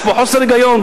יש פה חוסר היגיון.